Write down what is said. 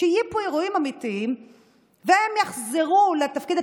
כשיהיו פה אירועים אמיתיים והם יחזרו לתפקיד,